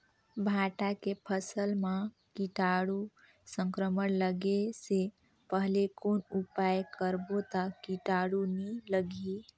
भांटा के फसल मां कीटाणु संक्रमण लगे से पहले कौन उपाय करबो ता कीटाणु नी लगही?